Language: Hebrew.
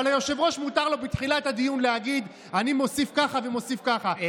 אבל ליושב-ראש מותר בתחילת הדיון להגיד שהוא מוסיף כך וכך,